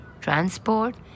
transport